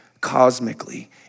cosmically